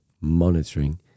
monitoring